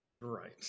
Right